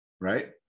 right